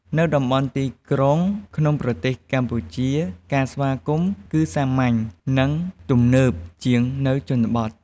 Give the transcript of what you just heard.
នៅតំបន់ទីក្រុងក្នុងប្រទេសកម្ពុជា ការស្វាគមន៍គឺសាមញ្ញ និងទំនើបជាងនៅជនបទ។